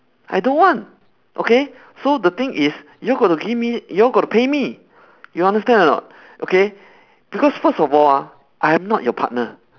I don't want okay so the thing is you got to give me you got to pay me you understand or not okay because first of all ah I'm not your partner